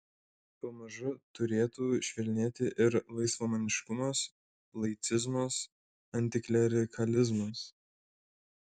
pamažu turėtų švelnėti ir laisvamaniškumas laicizmas antiklerikalizmas